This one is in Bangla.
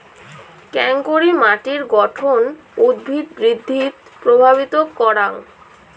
কেঙকরি মাটির গঠন উদ্ভিদ বৃদ্ধিত প্রভাবিত করাং?